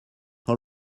all